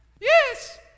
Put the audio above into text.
Yes